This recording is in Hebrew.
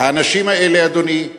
האנשים האלה, אדוני,